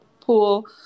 pool